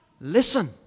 listen